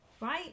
right